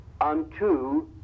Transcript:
unto